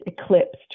eclipsed